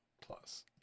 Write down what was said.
plus